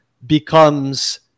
becomes